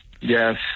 yes